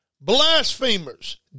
blasphemers